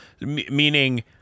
Meaning